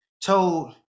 told